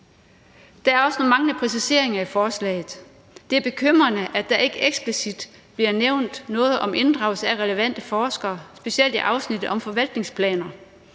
Der er også nogle manglende præciseringer i forslaget. Det er bekymrende, at der ikke eksplicit bliver nævnt noget om inddragelse af relevante forskere, specielt i afsnittet om forvaltningsplaner.